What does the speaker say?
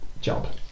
job